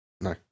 No